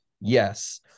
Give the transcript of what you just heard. Yes